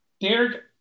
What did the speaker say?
Derek